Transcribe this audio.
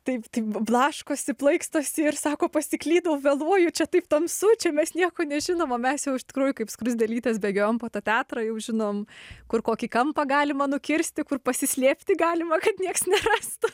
taip b blaškosi plaikstosi ir sako pasiklydau vėluoju čia taip tamsu čia mes nieko nežinom o mes jau iš tikrųjų kaip skruzdėlytės bėgiojam po tą teatrą jau žinom kur kokį kampą galima nukirsti kur pasislėpti galima kad nieks nerastų